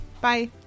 Bye